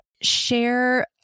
share